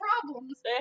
problems